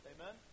Amen